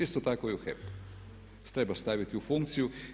Isto tako i u HEP-u, treba staviti u funkciju.